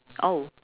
oh